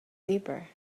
deeper